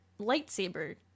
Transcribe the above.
lightsaber